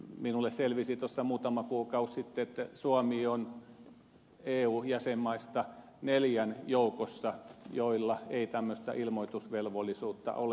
minulle selvisi tuossa muutama kuukausi sitten että suomi on eu jäsenmaista neljän joukossa joilla ei tämmöistä ilmoitusvelvollisuutta ole